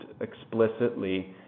explicitly